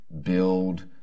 build